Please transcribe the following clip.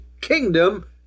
kingdom